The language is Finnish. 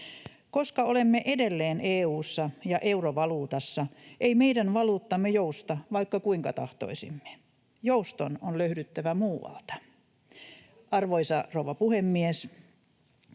Koska olemme edelleen EU:ssa ja eurovaluutassa, ei meidän valuuttamme jousta, vaikka kuinka tahtoisimme. Jouston on löydyttävä muualta. Arvoisa rouva puhemies!